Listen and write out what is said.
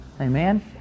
Amen